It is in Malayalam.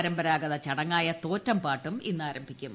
പരമ്പരഗ്ഗത ചടങ്ങായ തോറ്റംപാട്ടും ഇന്ന് ആരംഭിക്കും